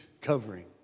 covering